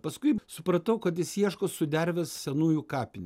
paskui supratau kad jis ieško sudervės senųjų kapinių